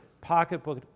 pocketbook